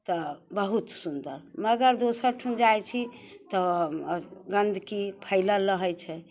तऽ बहुत सुन्दर मगर दोसर ठन जाइ छी तऽ गन्दगी फैलल रहै छै